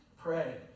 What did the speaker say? Pray